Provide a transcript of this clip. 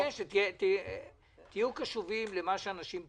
אני מבקש שתהיו קשובים למה שאנשים פונים,